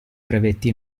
brevetti